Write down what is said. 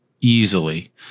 easily